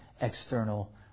external